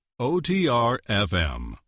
OTR-FM